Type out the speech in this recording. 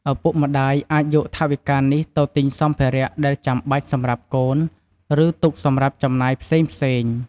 ឪពុកម្តាយអាចយកថវិកានេះទៅទិញសម្ភារៈដែលចាំបាច់សម្រាប់កូន ឬទុកសម្រាប់ចំណាយផ្សេងៗ។